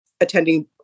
attending